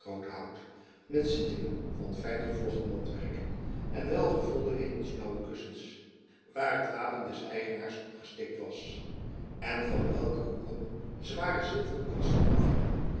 met zittingen van fijn gevlochten matwerk en welgevulde hemels blaauwe kussens waar het wapen des eigenaars op gestikt was en van welker hoeken zware zilveren kwasten afhingen